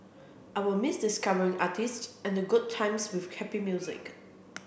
I will miss discovering artists and the good times with happy music